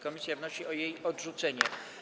Komisja wnosi o jej odrzucenie.